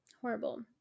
Horrible